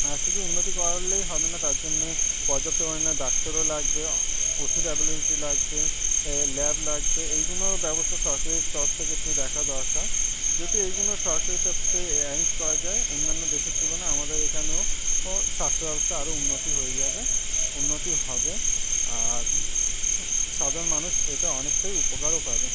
আর শুধু উন্নতি করা হলেই হবে না তার জন্যে পর্যাপ্ত পরিমাণে ডাক্তারও লাগবে ওষুধ অ্যাভেলেবিলিটি লাগবে এ ল্যাব লাগবে এইগুলো ব্যবস্থা সরকারির তরফ থেকে একটু দেখা দরকার যাতে এইগুলো সরকারের তরফ থেকে অ্যারেঞ্জ করা যায় অন্যান্য দেশের তুলনায় আমাদের এখানেও ও স্বাস্থ্য ব্যবস্থা আরও উন্নতি হয়ে যাবে উন্নতি হবে আর সাধারণ মানুষ এতে অনেকটাই উপকারও পাবে